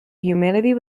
humanity